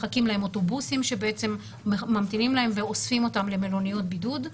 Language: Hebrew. מחכים להם אוטובוסים שממתינים להם ואוספים אותם למלוניות בידוד.